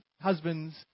Husbands